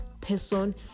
person